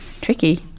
tricky